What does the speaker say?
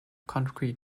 concrete